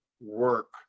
work